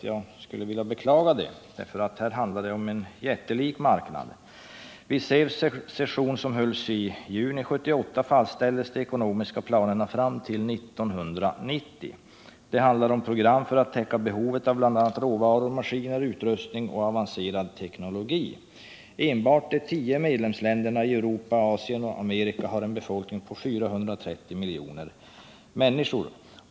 Jag vill beklaga detta, eftersom det handlar om en jättelik marknad. Vid SEV sessionen i juni 1978 fastställdes de ekonomiska planerna fram till 1990. Det handlar om program för att täcka behovet av bl.a. råvaror, maskiner, utrustning och avancerad teknologi. Enbart de tio medlemsländerna i Europa, Asien och Amerika har en befolkning på 430 miljoner människor.